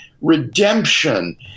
redemption